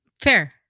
Fair